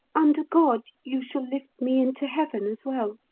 under god, you shall lift me into heaven as well